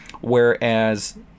whereas